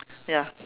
ya